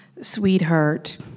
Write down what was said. Sweetheart